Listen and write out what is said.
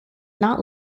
not